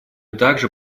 также